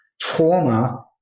trauma